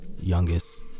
youngest